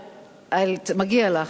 מגיע לך.